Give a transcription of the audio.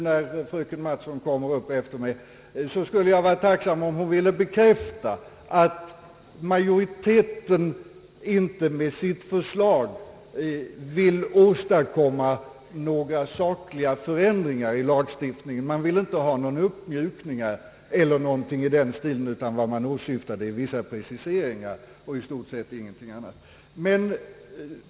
När fröken Mattson kommer upp efter mig i talarstolen, skulle jag vara tacksam om hon ville bekräfta att majoriteten med sitt förslag inte vill åstadkomma några sakliga förändringar i lagstiftningen — att den inte vill ha några uppmjukningar eller någonting i den stilen — utan att den åsyftar vissa preciseringar och i stort sett ingenting annat.